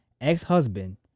ex-husband